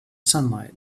sunlight